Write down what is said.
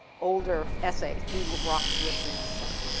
older essay. do rocks listen? etc.